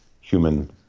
human